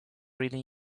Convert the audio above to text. really